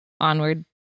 Onward